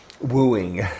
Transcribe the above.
wooing